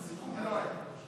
סיכום לא היה.